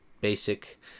basic